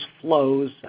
flows